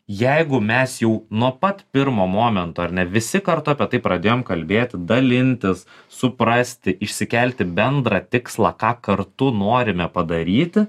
jeigu mes jau nuo pat pirmo momento ar ne visi kartu apie tai pradėjom kalbėti dalintis suprasti išsikelti bendrą tikslą ką kartu norime padaryti